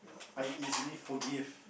I easily forgive